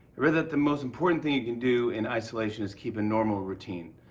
read that the most important thing you can do in isolation is keep a normal routine.